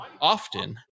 often